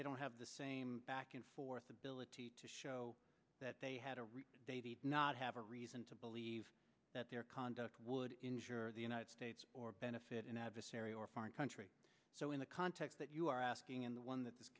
they don't have the same back and forth ability to show that they had a real date not have a reason to believe that their conduct would injure the united states or benefit an adversary or foreign country so in the context that you are asking and the one that this